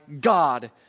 God